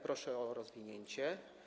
Proszę o rozwinięcie.